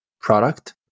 product